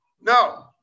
no